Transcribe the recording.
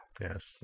Yes